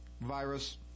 virus